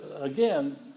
again